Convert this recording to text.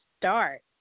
start